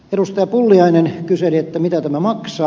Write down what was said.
pulliainen kyseli mitä tämä maksaa